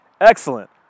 Excellent